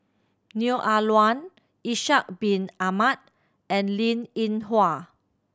Neo Ah Luan Ishak Bin Ahmad and Linn In Hua